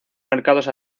mercados